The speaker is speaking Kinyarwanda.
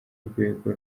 rwego